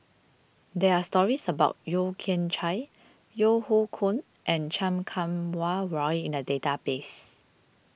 there are stories about Yeo Kian Chai Yeo Hoe Koon and Chan Kum Wah Roy in the database